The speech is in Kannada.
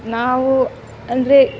ನಾವು ಅಂದರೆ